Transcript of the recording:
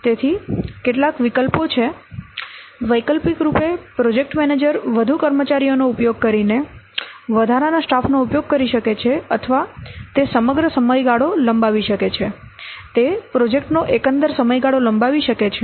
તેથી કેટલાક વિકલ્પો છે વૈકલ્પિક રૂપે પ્રોજેક્ટ મેનેજર વધુ કર્મચારીઓનો ઉપયોગ કરીને વધારાના સ્ટાફનો ઉપયોગ કરી શકે છે અથવા તે સમગ્ર સમયગાળો લંબાવી શકે છે તે પ્રોજેક્ટનો એકંદર સમયગાળો લંબાવી શકે છે